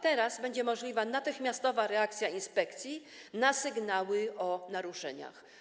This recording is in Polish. Teraz będzie możliwa natychmiastowa reakcja inspekcji na sygnały o naruszeniach.